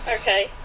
Okay